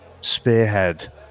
spearhead